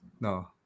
No